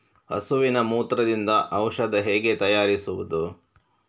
ಹಸುವಿನ ಮೂತ್ರದಿಂದ ಔಷಧ ಹೇಗೆ ತಯಾರಿಸುವುದು?